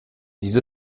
diese